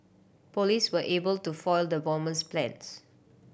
police were able to foil the bomber's plans